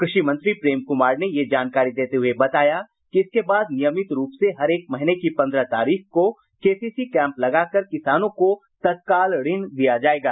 कृषि मंत्री प्रेम कुमार ने ये जानकारी देते हुए बताया कि इसके बाद नियमित रूप से हरेक महीने की पंद्रह तारीख को केसीसी कैंप लगाकर किसानों को तत्काल ऋण दिया जायेगा